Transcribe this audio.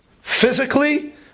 Physically